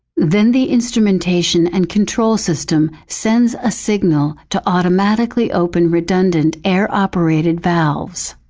then, the instrumentation and control system sends a signal to automatically open redundant, air-operated valves.